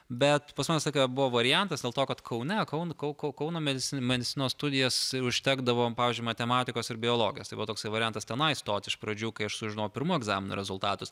bet pas mane visą laiką buvo variantas dėl to kad kaune kauno kau kauno medicinos medicinos studijas užtekdavo pavyzdžiui matematikos ir biologijos tai buvo toksai variantas tenai stoti iš pradžių kai aš sužinojau pirmų egzaminų rezultatus